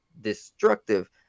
destructive